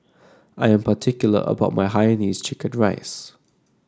I am particular about my Hainanese Chicken Rice